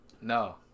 No